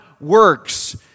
works